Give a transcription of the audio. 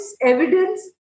evidence